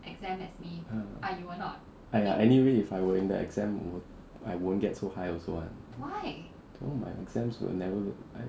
!aiya! anyway if I were in the exam I won't get so high also [one] don't know my exams will never